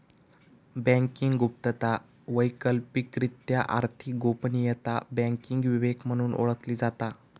banking गुप्तता, वैकल्पिकरित्या आर्थिक गोपनीयता, बँकिंग विवेक म्हणून ओळखली जाता